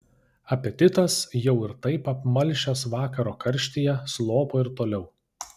apetitas jau ir taip apmalšęs vakaro karštyje slopo ir toliau